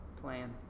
plan